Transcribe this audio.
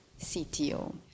CTO